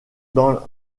dans